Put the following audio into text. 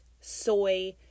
soy